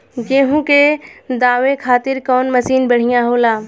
गेहूँ के दवावे खातिर कउन मशीन बढ़िया होला?